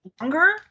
longer